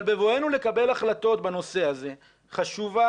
אבל בבואנו לקבל החלטות בנושא הזה חשובה